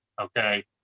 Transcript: Okay